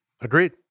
Agreed